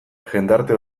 jendarte